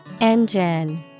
Engine